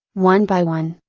one by one.